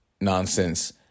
nonsense